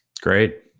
great